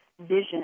vision